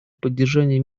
поддержания